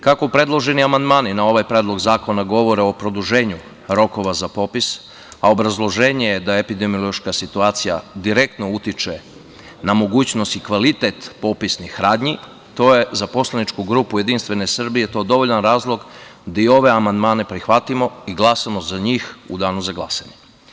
Kako predloženi amandmani na ovaj predlog zakona govore o produženju rokovo za popis, a obrazloženje je da je epidemiološka situacija direktno utiče na mogućnost i kvalitet popisnih radnji to je za poslaničku grupu JS dovoljan razlog da i ove amandmane prihvatimo i glasamo za njih u danu za glasanje.